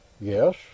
Yes